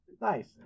nice